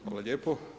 Hvala lijepo.